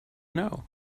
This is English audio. know